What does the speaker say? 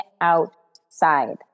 outside